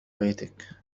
بيتك